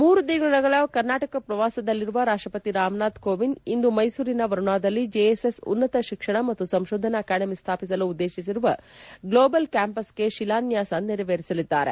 ಮೂರು ದಿನಗಳ ಕರ್ನಾಟಕ ಪ್ರವಾಸದಲ್ಲಿರುವ ರಾಷ್ಷಪತಿ ರಾಮನಾಥ್ ಕೋವಿಂದ್ ಅವರು ಇಂದು ಮೈಸೂರಿನ ವರುಣಾದಲ್ಲಿ ಜೆಎಸ್ಎಸ್ ಉನ್ನತ ಶಿಕ್ಷಣ ಮತ್ತು ಸಂಶೋಧನಾ ಅಕಾಡೆಮಿ ಸ್ಟಾಪಿಸಲು ಉದ್ದೇಶಿಸಿರುವ ಗ್ಲೋಬಲ್ ಕ್ಕಾಂಪಸ್ಗೆ ಶಿಲಾನ್ಡಾಸ ನೆರವೇರಿಸಲಿದ್ದಾರೆ